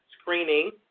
screening